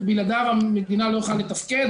שבלעדיהם המדינה לא יכולה לתפקד.